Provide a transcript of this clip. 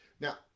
Now